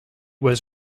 was